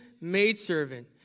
maidservant